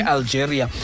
Algeria